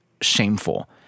shameful